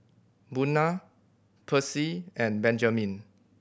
Buna Percy and Benjamin